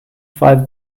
five